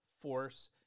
force